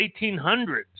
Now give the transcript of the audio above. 1800s